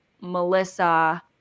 Melissa